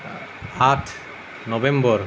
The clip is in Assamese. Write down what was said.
আঠ নৱেম্বৰ